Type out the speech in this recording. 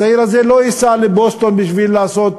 הצעיר הזה לא ייסע לבוסטון בשביל לעשות